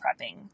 prepping